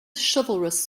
chivalrous